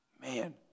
Man